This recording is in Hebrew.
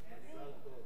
מזל טוב.